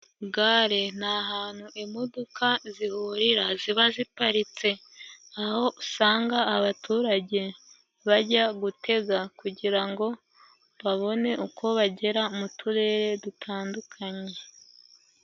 Gare, ni ahantu imodoka zihurira, ziba ziparitse, aho usanga abaturage bajya gutega, kugira ngo babone uko bagera mu turere dutandukanye.